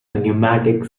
pneumatic